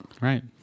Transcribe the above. Right